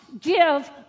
give